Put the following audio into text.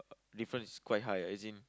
difference is quite high ah as in